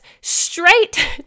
straight